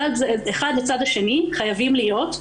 צד אחד לצד השני חייבים להיות,